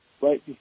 right